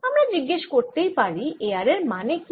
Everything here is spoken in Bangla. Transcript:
আমরা জিজ্ঞেশ করতেই পারি A r এর মানে কি